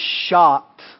shocked